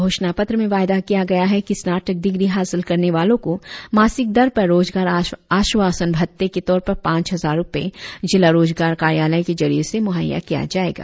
घोषणा पत्र में वायदा किया गया है कि स्नातक डिग्री हासिल करने वालो को मासिक दर पर रोजगार आश्वासन भत्ते के तौर पर पाच हजार रुपए जिला रोजगार कार्यालय के जरिए से मुहैया किया जाएगा